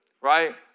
Right